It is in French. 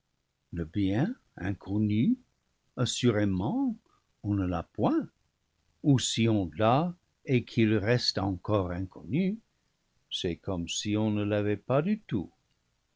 le bien inconnu assurément on ne l'a point ou si on l'a et qu'il reste encore inconnu c'est comme si on ne l'avait pas du tout